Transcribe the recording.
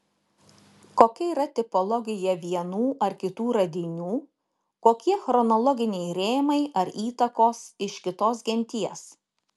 kokia yra tipologija vienų ar kitų radinių kokie chronologiniai rėmai ar įtakos iš kitos genties